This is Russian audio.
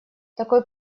такой